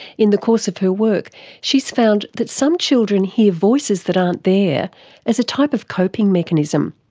in the course of her work she has found that some children hear voices that aren't there as a type of coping mechanism.